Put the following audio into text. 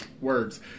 words